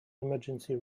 emergency